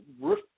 roof